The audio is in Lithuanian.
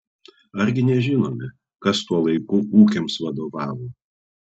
argi nežinome kas tuo laiku ūkiams vadovavo